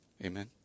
Amen